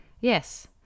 Yes